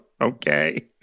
okay